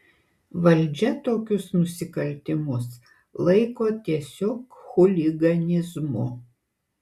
valdžia tokius nusikaltimus laiko tiesiog chuliganizmu